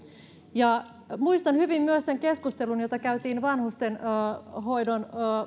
muistan hyvin myös sen keskustelun jota käytiin vanhustenhoidon